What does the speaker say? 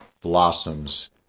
blossoms